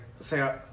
say